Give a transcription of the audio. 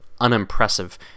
unimpressive